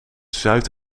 zuid